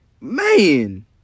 man